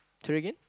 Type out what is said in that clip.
try again